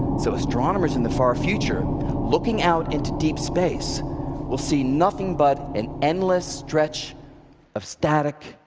so astronomers in the far future looking out into deep space will see nothing but an endless stretch of static,